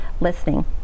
listening